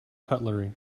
cutlery